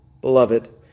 beloved